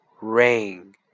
ring